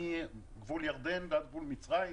מגבול ירדן ועד גבול מצרים,